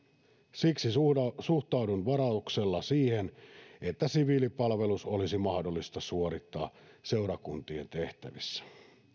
siksi suhtaudun varauksella siihen että siviilipalvelus olisi mahdollista suorittaa seurakuntien tehtävissä